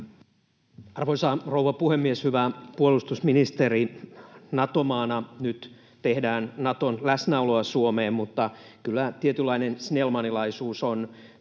Arvoisa rouva puhemies! Hyvä puolustusministeri! Nato-maana nyt tehdään Naton läsnäoloa Suomeen, mutta kyllä tietynlainen snellmanilaisuus on